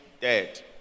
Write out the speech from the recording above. dead